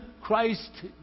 Christ